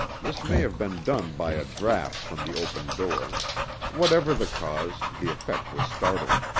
this may have been done by a draught from the opened door whatever the cause, the effect was startling.